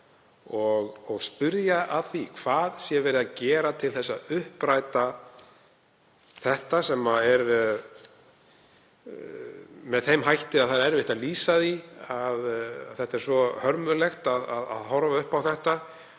og spyrja hvað verið sé að gera til að uppræta þetta, sem er með þeim hætti að það er erfitt að lýsa því. Það er svo hörmulegt að horfa upp á þetta